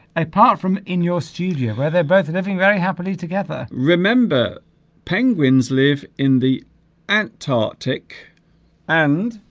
apart from in your studio where they're both living very happily together remember penguins live in the antarctic and